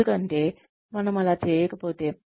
ఎందుకంటే మనం అలా చేయకపోతే